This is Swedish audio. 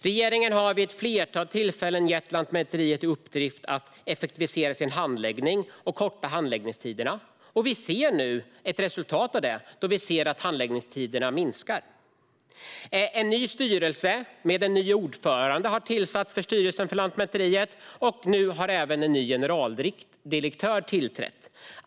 Regeringen har vid ett flertal tillfällen gett Lantmäteriet i uppdrag att effektivisera sin handläggning för att korta handläggningstiderna. Som ett resultat av detta minskar nu handläggningstiderna. En ny styrelse med en ny ordförande har tillsatts för Lantmäteriet, och nu har även en ny generaldirektör tillträtt.